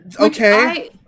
Okay